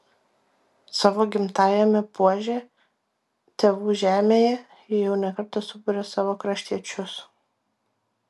savo gimtajame puože tėvų žemėje ji jau ne kartą suburia savo kraštiečius